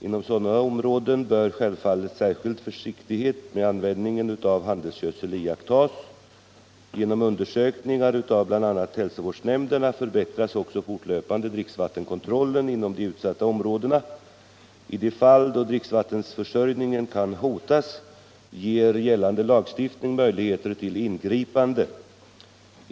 Inom sådana områden bör självfallet särskild försiktighet med användningen av handelsgödsel iakttas. Genom undersökningar av bl.a. hälsovårdsnämnderna förbättras också fortlöpande dricksvattenkontrollen inom de utsatta områdena. I de fall då dricksvattenförsörjningen kan hotas ger gällande lagstiftning möjligheter till ingripande.